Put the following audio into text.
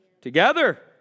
together